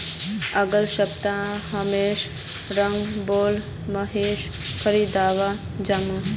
अगला हफ्ता महेशेर संग बेलर मशीन खरीदवा जामु